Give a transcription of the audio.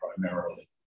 primarily